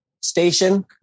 station